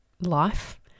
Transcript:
life